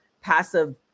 passive